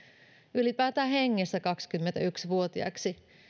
ylipäätään hengissä kaksikymmentäyksi vuotiaiksi